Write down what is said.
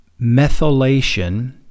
methylation